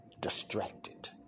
distracted